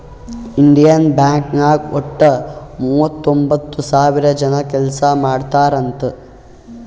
Indian Bank ನಾಗ್ ವಟ್ಟ ಮೂವತೊಂಬತ್ತ್ ಸಾವಿರ ಜನ ಕೆಲ್ಸಾ ಮಾಡ್ತಾರ್ ಅಂತ್